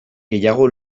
gehiago